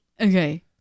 okay